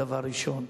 דבר ראשון.